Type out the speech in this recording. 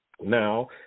now